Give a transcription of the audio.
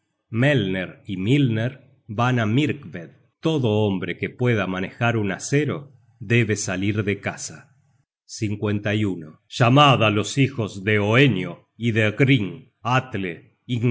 melner y mylner van á myrkved lodo hombre que pueda manejar un acero debe salir de casa llama á los hijos de hoenio y de hring atle